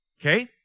Okay